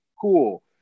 cool